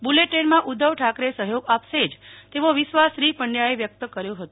બુલેટટ્રેનમાં શ્રી ઉધ્ધવ ઠાકરે સહયોગ આપશે જ તેવો વિશ્વાસ શ્રી પંડયાએ વ્યક્ત કર્યો હતો